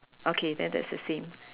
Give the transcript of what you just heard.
okay then that's the same